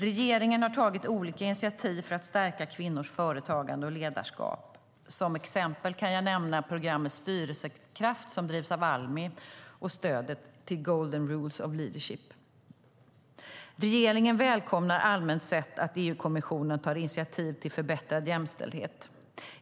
Regeringen har tagit olika initiativ för att stärka kvinnors företagande och ledarskap. Som exempel kan jag nämna programmet Styrelsekraft, som drivs av Almi, och stödet till Golden Rules of Leadership. Regeringen välkomnar allmänt sett att EU-kommissionen tar initiativ till förbättrad jämställdhet.